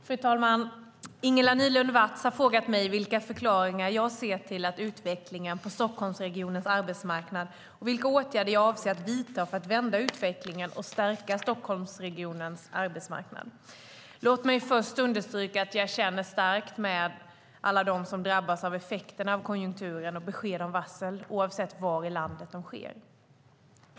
Fru talman! Ingela Nylund Watz har frågat mig vilka förklaringar jag ser till utvecklingen på Stockholmsregionens arbetsmarknad och vilka åtgärder jag avser att vidta för att vända utvecklingen och stärka Stockholmsregionens arbetsmarknad. Låt mig först understryka att jag känner starkt med alla dem som drabbas av effekterna av konjunkturen och besked om varsel, oavsett var i landet det sker.